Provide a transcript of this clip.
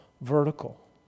vertical